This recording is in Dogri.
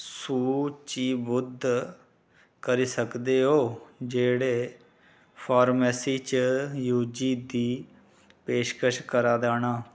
सूचीबद्ध करी सकदे ओ जेह्ड़े फॉर्मेसी च यू जी दी पेशकश करा दे न